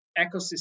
ecosystem